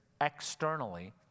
externally